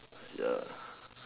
ya